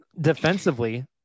defensively